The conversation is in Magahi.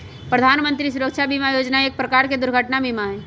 प्रधान मंत्री सुरक्षा बीमा योजना एक प्रकार के दुर्घटना बीमा हई